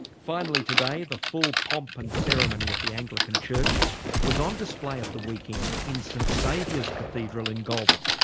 finally today the full pomp and ceremony of the anglican church was on display at the weekend in st saviour's cathedral in goulburn.